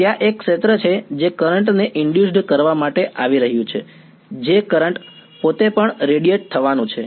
ત્યાં એક ક્ષેત્ર છે જે કરંટ ને ઇનડયુસડ્ કરવા માટે આવી રહ્યું છે જે કરંટ પોતે પણ રેડિયેટ થવાનું છે